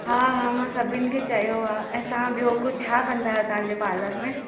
हा हा मां सभिनि खे चयो आहे ऐं तव्हां ॿियो कुझु छा कंदा आहियो तव्हांजे पार्लर में